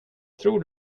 tror